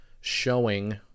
showing